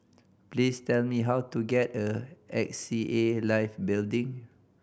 please tell me how to get a X C A Life Building